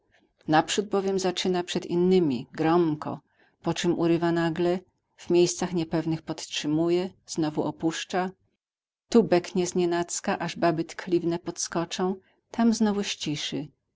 naprzód bowiem zaczyna przed innymi gromko poczem urywa nagle w miejscach niepewnych podtrzymuje znowu opuszcza tu beknie znienacka aż baby tkliwne podskoczą tam znowu zciszy